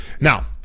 Now